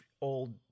old